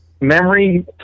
Memory